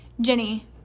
Jenny